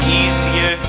easier